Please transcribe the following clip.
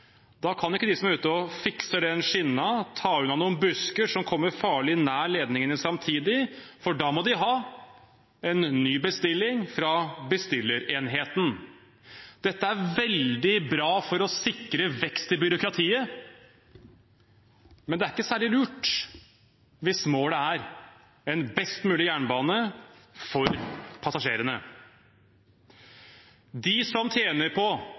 da? Jo, hvis det står på et ark at en jernbaneskinne må repareres, kan ikke de som er ute og fikser den skinnen, samtidig ta unna noen busker som kommer farlig nært ledningene, for da må de ha en ny bestilling fra bestillerenheten. Dette er veldig bra for å sikre vekst i byråkratiet, men det er ikke særlig lurt hvis målet er en best mulig jernbane for passasjerene. De som